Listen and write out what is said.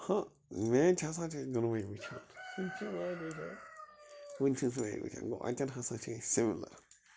ہاں میٚچ ہسا چھِ أسۍ دۄنوٲے وُچھان گوٚو اَتیٚن ہسا چھِ أسۍ سِملر